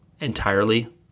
entirely